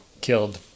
killed